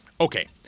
Okay